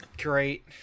great